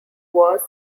was